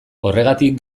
horregatik